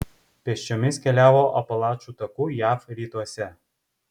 pėsčiomis keliavo apalačų taku jav rytuose